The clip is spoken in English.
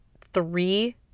three